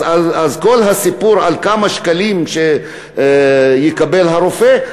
אז כל הסיפור על כמה שקלים שיקבל הרופא?